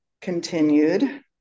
continued